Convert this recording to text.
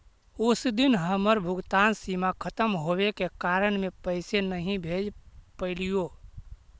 उस दिन हमर भुगतान सीमा खत्म होवे के कारण में पैसे नहीं भेज पैलीओ